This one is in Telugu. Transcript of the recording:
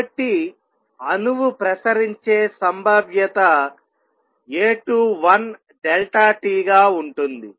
కాబట్టి అణువు ప్రసరించే సంభావ్యత A21 t గా ఉంటుంది